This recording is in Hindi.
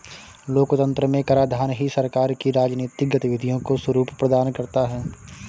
लोकतंत्र में कराधान ही सरकार की राजनीतिक गतिविधियों को स्वरूप प्रदान करता है